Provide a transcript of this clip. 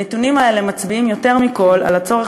הנתונים האלה מצביעים יותר מכול על הצורך